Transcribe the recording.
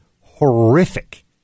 horrific